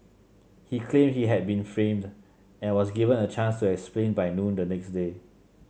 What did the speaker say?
he claimed he had been framed and was given a chance to explain by noon the next day